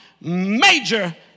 major